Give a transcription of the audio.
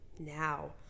now